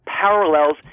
parallels